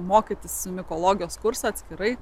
mokytis mikologijos kursą atskirai